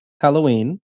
Halloween